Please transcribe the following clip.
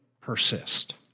persist